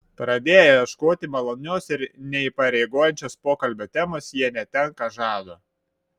pradėję ieškoti malonios ir neįpareigojančios pokalbio temos jie netenka žado